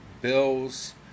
bills